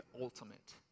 ultimate